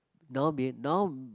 now we now